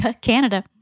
Canada